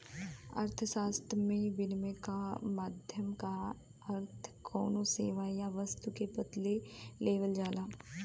अर्थशास्त्र में, विनिमय क माध्यम क अर्थ कउनो सेवा या वस्तु के बदले देवल जाला